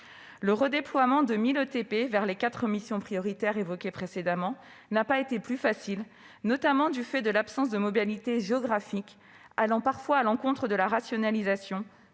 Le redéploiement de 1000 ETP vers les quatre missions prioritaires évoquées précédemment n'a pas été plus facile, en raison de l'absence de mobilité géographique, allant parfois à l'encontre de la rationalisation.